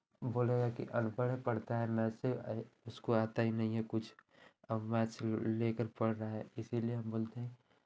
बोलेगा कि अनपढ़ है पढ़ता है मैथ से उसको आता ही नहीं है कुछ और मैथ से लेकर पढ़ रहा है इसीलिए हम बोलते हैं